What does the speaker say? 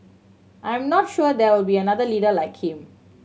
I'm not sure there will be another leader like him